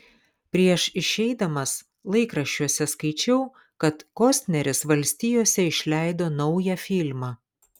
prieš išeidamas laikraščiuose skaičiau kad kostneris valstijose išleido naują filmą